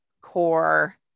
core